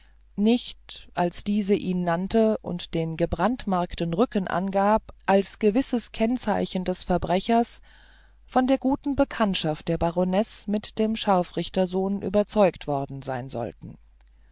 nicht als diese ihn nannte und den gebrandmarkten rücken angab als gewisses kennzeichen des verbrechers von der guten bekanntschaft der baronesse mit dem scharfrichtersohn überzeugt worden sein sollten